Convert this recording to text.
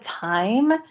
time